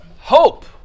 Hope